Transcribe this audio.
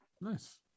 nice